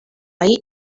ahí